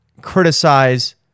criticize